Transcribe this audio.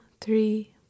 three